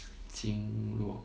经络